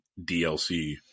DLC